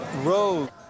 Road